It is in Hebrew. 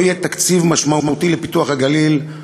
לא יהיה תקציב משמעותי לפיתוח הגליל,